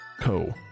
co